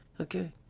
Okay